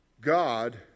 God